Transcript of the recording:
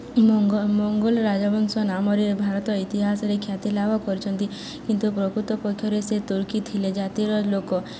Mongol ରାଜବଂଶ ନାମରେ ଭାରତ ଇତିହାସରେ ଖ୍ୟାତି ଲାଭ କରିଛନ୍ତି କିନ୍ତୁ ପ୍ରକୃତ ପକ୍ଷରେ ସେ ତୁର୍କୀ ଥିଲେ ଜାତିର ଲୋକ